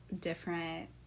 different